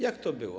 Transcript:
Jak to było?